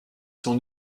son